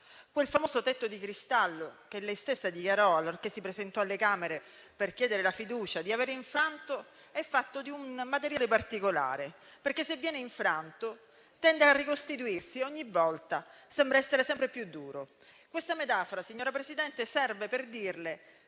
Quel famoso tetto di cristallo, che lei stessa dichiarò di aver infranto quando si presentò alle Camere per chiedere la fiducia, è fatto di un materiale particolare, perché se viene infranto tende a ricostituirsi e ogni volta sembra essere sempre più duro. Questa metafora, signora Presidente del